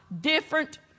different